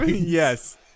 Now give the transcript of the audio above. Yes